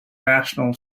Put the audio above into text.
national